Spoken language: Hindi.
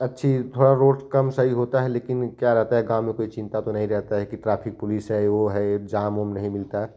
अच्छी थोड़ा रोड कम सही होता है लेकिन क्या रहता है गाँव में कोई चिंता तो नहीं रहता है कि ट्राफिक पुलिस है वह है जाम वाम नहीं मिलता